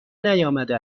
نیامده